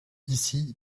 ici